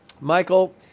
Michael